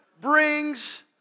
brings